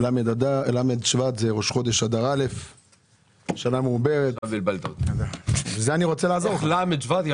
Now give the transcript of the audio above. אלכס, תודה שהובלת כאן בוועדה